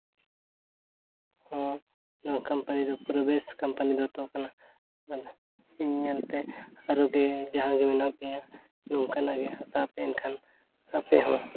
ᱱᱚᱣᱟ ᱠᱚᱢᱯᱟᱹᱱᱤ ᱫᱚ ᱯᱩᱨᱟᱹ ᱵᱮᱥ ᱠᱚᱢᱯᱟᱹᱱᱤ ᱫᱚᱛᱚ ᱠᱟᱱᱟ ᱟᱨ ᱤᱧ ᱧᱮᱞᱛᱮ ᱟᱨᱚ ᱜᱮ ᱡᱟᱦᱟᱸᱭ ᱜᱮ ᱢᱮᱱᱟᱜ ᱯᱮᱭᱟ ᱱᱚᱝᱠᱟᱱᱟᱜ ᱜᱮ ᱦᱟᱛᱟᱣ ᱯᱮ ᱮᱱᱠᱷᱟᱱ ᱟᱯᱮ ᱦᱚᱸ